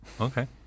Okay